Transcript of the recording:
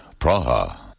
Praha